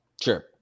Sure